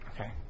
Okay